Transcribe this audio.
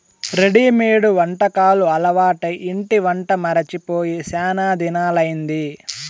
readymade వంటకాలు అలవాటై ఇంటి వంట మరచి పోయి శానా దినాలయ్యింది